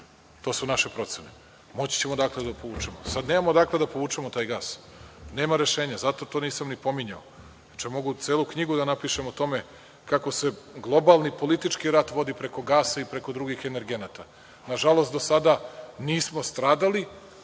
To su naše procene. Moći ćemo odakle da povučemo. Nemamo odakle da povučemo taj gas. Nema rešenja. Zato to nisam ni pominjao. Inače, mogu celu knjigu da napišem o tome kako se globalni politički rat vodi preko gasa i preko drugih energenata. Nažalost, do sada nismo stradali,